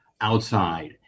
outside